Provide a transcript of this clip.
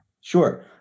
sure